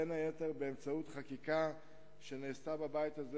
בין היתר באמצעות חקיקה שנעשתה בבית הזה